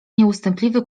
nieustępliwy